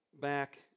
back